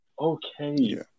okay